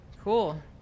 cool